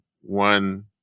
one